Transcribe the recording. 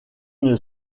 une